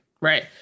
Right